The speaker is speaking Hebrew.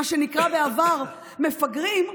מה שנקרא בעבר "מפגרים",